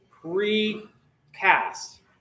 pre-cast